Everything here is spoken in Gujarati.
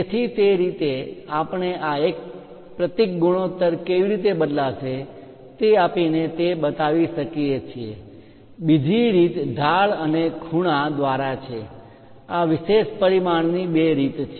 તેથી તે રીતે આપણે આ એક પ્રતીક ગુણોત્તર કેવી રીતે બદલાશે તે આપીને તે બતાવી શકીએ છીએ બીજી રીત ઢાળ અને ખૂણા એંગલ angle દ્વારા છે આ વિશેષ પરિમાણ ની બે રીત છે